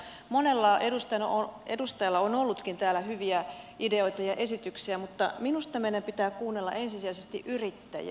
monella edustajalla on ollutkin täällä hyviä ideoita ja esityksiä mutta minusta meidän pitää kuunnella ensisijaisesti yrittäjiä